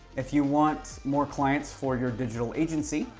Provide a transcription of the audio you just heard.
if you want more clients for your digital agency,